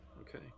Okay